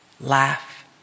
laugh